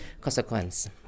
consequence